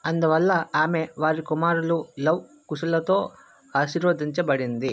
అందువల్ల ఆమె వారి కుమారులు లవ కుషులతో ఆశీర్వదించబడింది